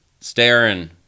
staring